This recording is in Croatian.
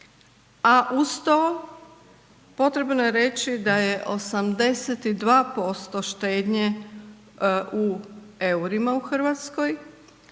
A uz to potrebno je reći da je 82% štednje u eurima u Hrvatskoj